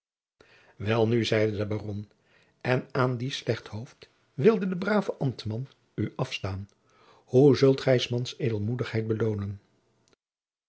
welnu zeide de baron en aan dien slechthoofd wilde de brave ambtman u afstaan hoe zult gij s mans edelmoedigheid beloonen